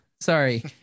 Sorry